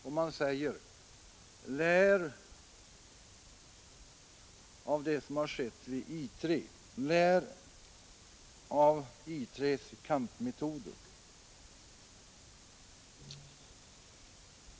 Och man säger: Lär av det som har skett vid I 3.